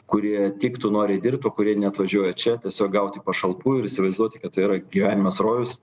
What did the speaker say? kurie tiktų nori dirbt o kurie ne atvažiuoja čia tiesiog gauti pašalpų ir įsivaizduoti kad tai yra gyvenimas rojus